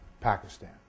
Pakistan